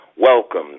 welcome